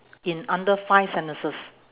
in under five sentences